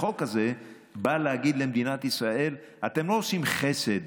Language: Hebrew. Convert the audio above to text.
החוק הזה בא להגיד למדינת ישראל: אתם לא עושים חסד,